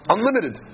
Unlimited